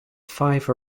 five